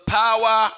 power